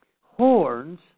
Horns